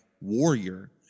warrior